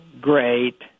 great